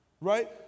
Right